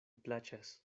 plaĉas